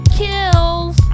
kills